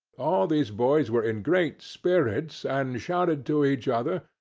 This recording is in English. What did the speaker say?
all these boys were in great spirits, and shouted to each other,